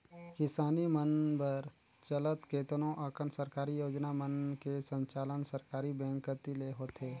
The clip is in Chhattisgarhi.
किसानी मन बर चलत केतनो अकन सरकारी योजना मन के संचालन सहकारी बेंक कति ले होथे